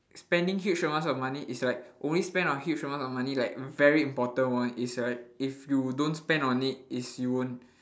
spending huge amounts of money is like always spend on huge amounts of money like very important one is right if you don't spend on it is you won't